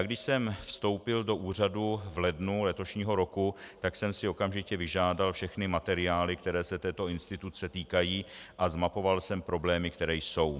Když jsem vstoupil do úřadu v lednu letošního roku, tak jsem si okamžitě vyžádal všechny materiály, které se této instituce týkají, a zmapoval jsem problémy, které jsou.